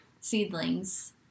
seedlings